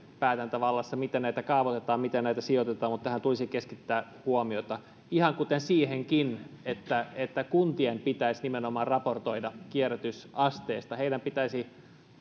päätäntävallassa miten näitä kaavoitetaan miten näitä sijoitetaan mutta tähän tulisi keskittää huomiota ihan kuten siihenkin että nimenomaan kuntien pitäisi raportoida kierrätysasteesta heidän pitäisi